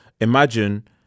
imagine